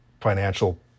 financial